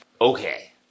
Okay